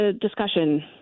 Discussion